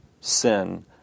sin